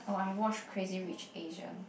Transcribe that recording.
oh I have watched Crazy-Rich-Asian